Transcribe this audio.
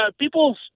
People